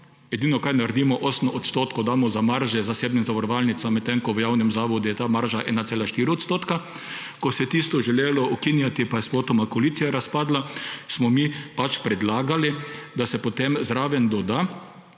Edino, kar naredimo, 8 % damo za marže zasebnim zavarovalnicam, medtem ko v javnem zavodu je ta marža 1,4 %. Ko se je tisto želelo ukinjati, pa je spotoma koalicija razpadla, smo mi pač predlagali, da se potem zraven doda;